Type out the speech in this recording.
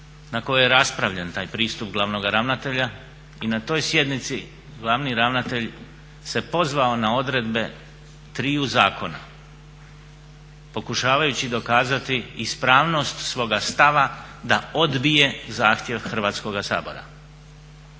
na kojoj je raspravljen taj pristup glavnoga ravnatelja. I na toj sjednici glavni ravnatelj se pozvao na odredbe triju zakona pokušavajući dokazati ispravnost svoga stava da odbije zahtjev Hrvatskoga sabora.